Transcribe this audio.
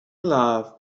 love